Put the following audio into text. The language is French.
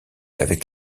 avec